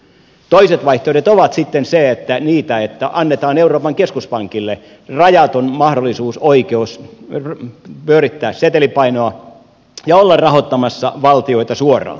toinen vaihtoehto on sitten se että annetaan euroopan keskuspankille rajaton mahdollisuus oikeus pyörittää setelipainoa ja olla rahoittamassa valtioita suoraan